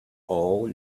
all